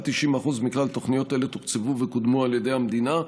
90% מכלל התוכניות האלה תוקצבו וקודמו על ידי המדינה,